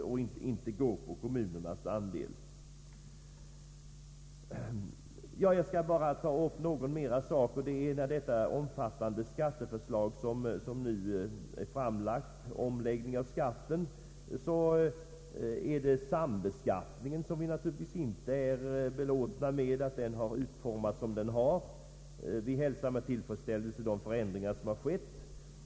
Jag skall bara ägna mig åt ytterligare en detalj i det omfattande skatteförslag som nu framlagts. Det gäller sambeskattningen, vars utformning vi i centerpartiet naturligtvis inte är belåtna med. Vi hälsar dock med tillfredsställelse de förändringar som skett.